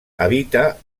habita